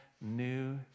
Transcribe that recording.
new